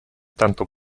tanto